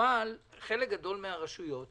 אבל חלק גדול מן הרשויות יוכלו.